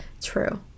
true